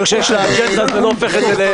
שיש לה אג'נדה זה לא הופך את זה לאמת.